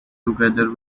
together